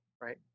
Right